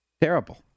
Terrible